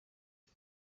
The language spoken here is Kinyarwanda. iri